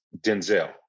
Denzel